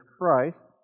Christ